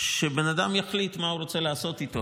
והבן אדם יחליט מה הוא רוצה לעשות איתו.